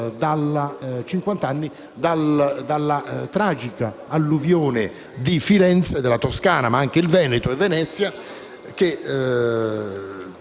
cinquant'anni dalla tragica alluvione di Firenze e della Toscana e anche del Veneto e di Venezia, che